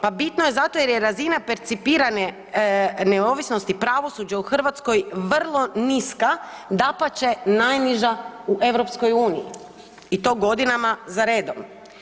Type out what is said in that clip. Pa bitno je zato jer je razina percipirane neovisnosti pravosuđa u Hrvatskoj vrlo niska, dapače najniža u EU i to godinama za redom.